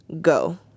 Go